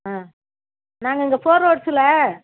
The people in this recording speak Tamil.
ஆ நாங்கள் இங்கே ஃபோர் ரோட்ஸ்ஸில்